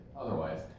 otherwise